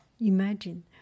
Imagine